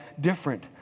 different